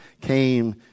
came